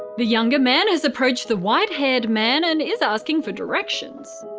the younger man has approached the white-haired man and is asking for directions.